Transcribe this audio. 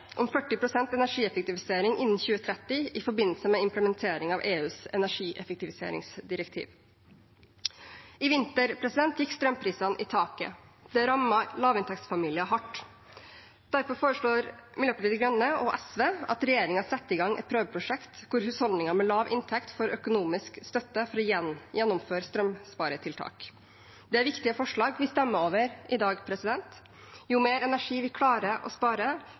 om 40 pst. energieffektivisering innen 2030 i forbindelse med implementering av EUs energieffektiviseringsdirektiv. I vinter gikk strømprisene i taket. Det rammet lavinntektsfamilier hardt. Derfor foreslår Miljøpartiet De Grønne og SV at regjeringen setter i gang et prøveprosjekt hvor husholdninger med lav inntekt får økonomisk støtte for å gjennomføre strømsparetiltak. Det er viktige forslag vi stemmer over i dag. Jo mer energi vi klarer å spare,